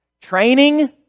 training